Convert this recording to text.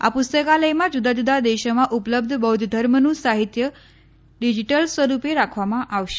આ પુસ્તકાલયમાં જુદા જુદા દેશોમાં ઉપલબ્ધ બૌદ્ધ ધર્મનું સાહિત્ય ડિજિટલ સ્વરૂપે રાખવામાં આવશે